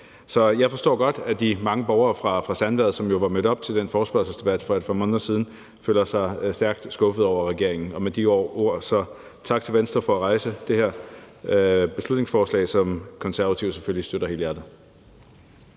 Så jeg forstår godt, at de mange borgere fra Sandvad, som var mødt op til den forespørgselsdebat for et par måneder siden, føler sig stærkt skuffede over regeringen. Og med de ord vil jeg sige tak til Venstre for at have fremsat det her beslutningsforslag, som Konservative selvfølgelig støtter helhjertet.